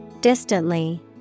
Distantly